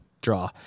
draw